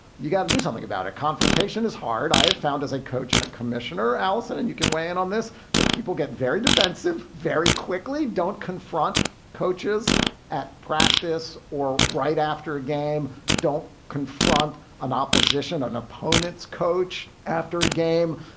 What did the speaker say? you've got to do something about a confrontation is hard. i have found as a coach and a commissioner alison and you can weigh in on this that people get very defensive very quickly don't confront coaches at practice or right after a game don't confront an opposition or an opponent's coach after a game.